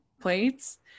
plates